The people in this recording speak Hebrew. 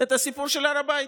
את הסיפור של הר הבית,